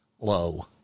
low